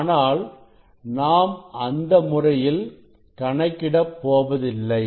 ஆனால் நாம் அந்த முறையில் கணக்கிட போவதில்லை